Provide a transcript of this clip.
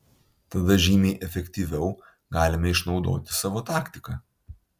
tada žymiai efektyviau galime išnaudoti savo taktiką